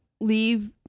leave